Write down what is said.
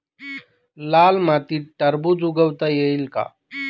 लाल मातीत टरबूज उगवता येईल का?